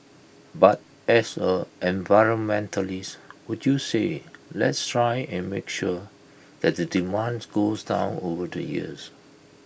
but as A environmentalist would you say let's try and make sure that the demands goes down over the years